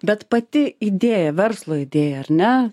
bet pati idėja verslo idėja ar ne